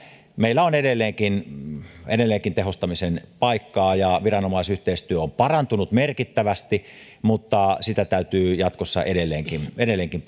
meillä on edelleenkin edelleenkin tehostamisen paikka viranomaisyhteistyö on parantunut merkittävästi mutta sitä täytyy jatkossa edelleenkin edelleenkin